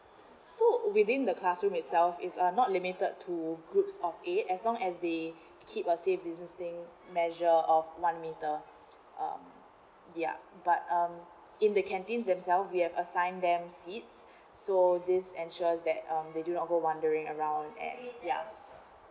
so within the classroom itself is uh not limited to groups of eight as long as they keep a safe distancing measure of one meter um ya but um in the canteen themselves we have assigned them seats so this ensures that um that they do not go wandering around and ya